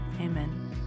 amen